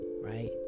right